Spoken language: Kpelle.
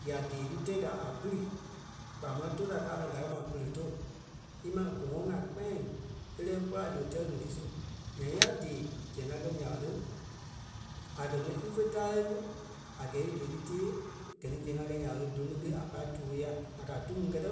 Ya dée tí tãi da a pili kpaa máŋ tóu da káa naa da kɛ̀ ma pere tóu. Íma gɔ̃ɔŋ a kpɛ̃ɛ̂ŋ e lɛ́ɛ kpɔ́ la zu e tɛ̀ ɣele su. Nyaŋ ya dée zɛŋ a kɛ̀ nya ɓa lé a kɛ̀ nɔ ífe táre ni a gɛɛ í dou tí tée gɛ ni zɛŋ a kɛi nya ɓa lé, dou ŋuŋ ti a pai tóo ya a kɛ̀ a tóu ŋuŋ kɛtɛ